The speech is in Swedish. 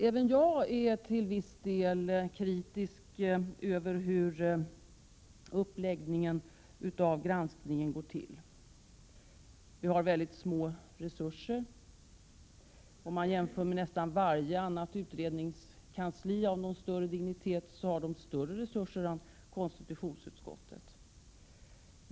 Även jag är till viss del kritisk mot hur granskningen går till. Vi har väldigt små resurser. Nästan varje annat utredningskansli av större dignitet har större resurser än konstitutionsutskottet.